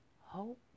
Hope